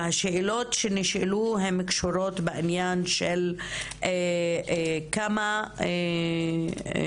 והשאלות שנשאלו הן קשורות בעניין של כמה --,